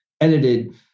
edited